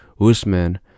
Usman